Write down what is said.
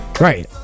Right